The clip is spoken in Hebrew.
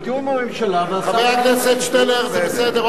בתיאום עם הממשלה, חבר הכנסת שנלר, זה בסדר.